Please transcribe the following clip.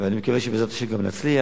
ואני מקווה שבעזרת השם גם נצליח.